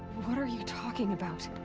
what are you talking about?